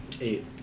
Eight